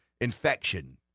infection